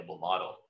model